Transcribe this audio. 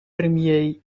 premier